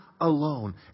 alone